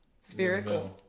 Spherical